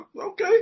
okay